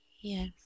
yes